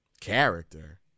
character